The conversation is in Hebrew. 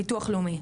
ביטוח לאומי,